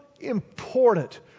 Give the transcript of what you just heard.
important